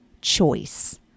choice